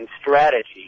strategy